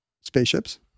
spaceships